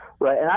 Right